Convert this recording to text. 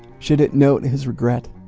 should it note his regret?